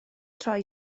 troi